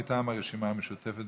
מטעם הרשימה המשותפת.